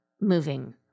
moving